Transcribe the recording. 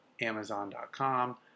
Amazon.com